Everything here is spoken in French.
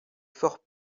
fort